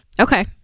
Okay